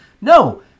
no